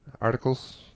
articles